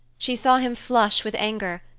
she saw him flush with anger,